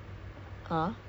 tapi